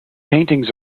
paintings